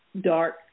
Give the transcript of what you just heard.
dark